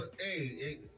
Hey